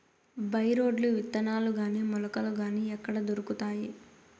By రోడ్లు విత్తనాలు గాని మొలకలు గాని ఎక్కడ దొరుకుతాయి?